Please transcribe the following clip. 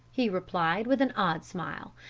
he replied, with an odd smile,